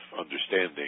understanding